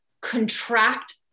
contract